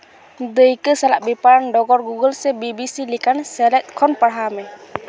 ᱫᱟᱹᱭᱠᱟᱹ ᱥᱟᱞᱟᱜ ᱵᱮᱯᱟᱨᱟᱱ ᱰᱚᱜᱚᱨ ᱜᱩᱜᱩᱞ ᱥᱮ ᱵᱤᱵᱤᱥᱤ ᱞᱮᱠᱟᱱ ᱥᱮᱞᱮᱫ ᱠᱷᱚᱱ ᱯᱟᱲᱦᱟᱣ ᱢᱮ